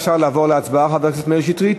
אפשר לעבור להצבעה, חבר הכנסת מאיר שטרית?